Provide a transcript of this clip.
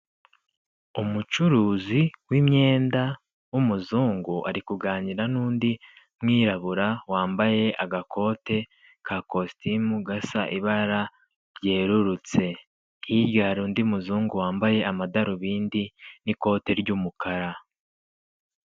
Umucuruzi w'imyenda w'umuzungu ari kuganira n'undi mwirabura wambaye agakote ka kositimu gasa ibara ryerurutse, hirya hari undi muzungu wambaye amadarubindi n'ikote ry'umukara.